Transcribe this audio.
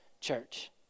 church